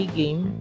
game